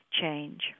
change